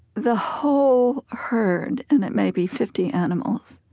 the whole herd, and that may be fifty animals,